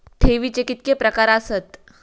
ठेवीचे कितके प्रकार आसत?